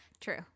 True